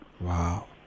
Wow